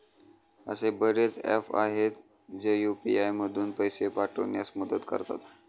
असे बरेच ऍप्स आहेत, जे यू.पी.आय मधून पैसे पाठविण्यास मदत करतात